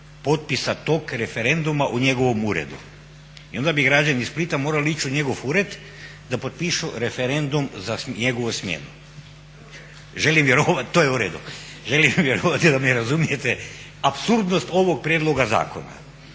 potpisa tog referenduma u njegovom uredu. I onda bi građani Splita morali ići u njegov ured da potpišu referendum za njegovu smjenu. Želim vjerovati, to je u redu. Želim vjerovati da me razumijete, apsurdnost ovog prijedloga zakona.